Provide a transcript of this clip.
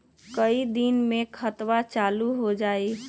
कई दिन मे खतबा चालु हो जाई?